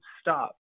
stop